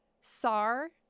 Sar